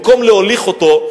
במקום להוליך אותו.